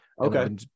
Okay